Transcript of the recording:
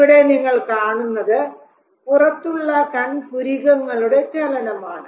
ഇവിടെ നിങ്ങൾ കാണുന്നത് പുറത്തുള്ള കൺ പുരികങ്ങളുടെ ചലനമാണ്